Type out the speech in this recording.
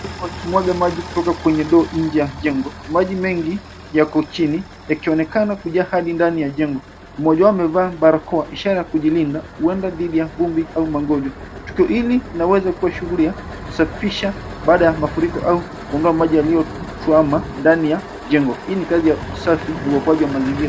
Huyu akimwaga maji kutoka kwenye ndoo nje ya mjengo. Maji mengi yako chini, yakionekana kujaa hadi ndani ya jengo. Mmoja wao amevaa barakoa, ishara ya kujilinda, huwenda dhidi ya vumba au magonjwa. Tukio hili laweza kuwa shughuli ya kusafisha baada ya mafuriko au kuondoa maji yalituama ndani ya mjengo. Hii ni kazi ya usafi na uokoaji wa mazingira.